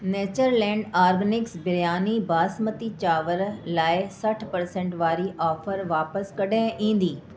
Natureland organics biryani basmati चांवर लाइ सठि पर्सेंट वारी ऑफर वापसि कॾहिं ईंदी